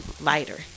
lighter